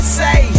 say